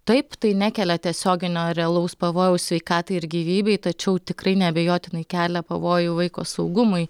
taip tai nekelia tiesioginio realaus pavojaus sveikatai ir gyvybei tačiau tikrai neabejotinai kelia pavojų vaiko saugumui